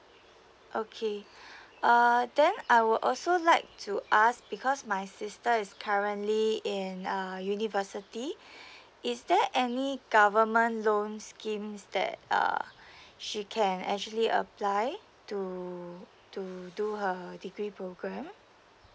okay err then I would also like to ask because my sister is currently in uh university is there any government loan schemes that uh she can actually apply to to do her degree program